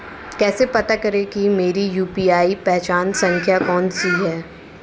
कैसे पता करें कि मेरी यू.पी.आई पहचान संख्या कौनसी है?